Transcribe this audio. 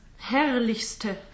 Herrlichste